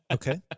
Okay